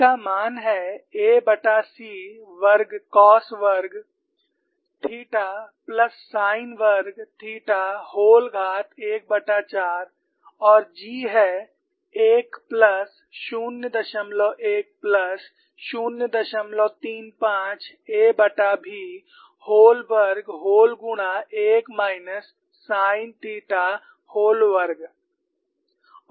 उसका मान है ac वर्ग cos वर्ग थीटा प्लस साइन वर्ग थीटा व्होल घात 14 और g है 1 प्लस 01 प्लस 035 aB व्होल वर्ग व्होल गुणा 1 माइनस साइन थीटा व्होल वर्ग